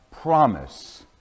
promise